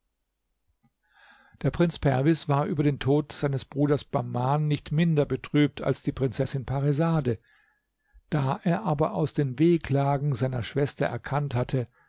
der prinz perwis war über den tod seines bruders bahman nicht minder betrübt als die prinzessin parisade da er aber aus den wehklagen seiner schwester erkannt hatte